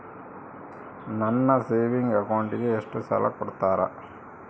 ನನ್ನ ಸೇವಿಂಗ್ ಅಕೌಂಟಿಗೆ ಎಷ್ಟು ಸಾಲ ಕೊಡ್ತಾರ?